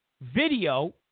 video